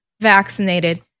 vaccinated